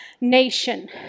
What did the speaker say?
nation